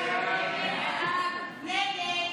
הסתייגות 25 לא נתקבלה.